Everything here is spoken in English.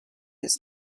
this